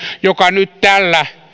joka nyt tällä